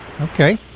Okay